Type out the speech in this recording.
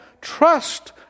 Trust